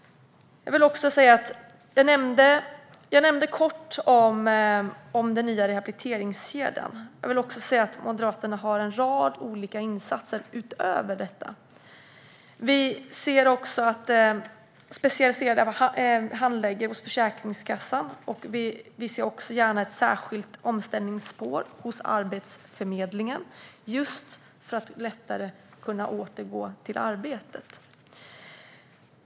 Jag nämnde den nya rehabiliteringskedjan lite kort. Moderaterna har förslag på en rad olika insatser utöver den. Vi ser gärna specialiserade handläggare på Försäkringskassan och ett särskilt omställningsspår hos Arbetsförmedlingen, just för att man lättare ska kunna återgå till arbetet.